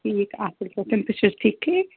ٹھیٖک اَصٕل پٲٹھۍ تُہۍ چھُو حظ ٹھیٖکھٕے